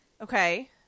Okay